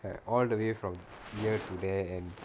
err all the way from here to there and